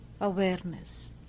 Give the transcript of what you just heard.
awareness